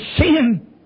sin